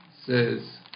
says